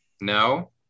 No